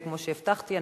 כמו שהבטחתי,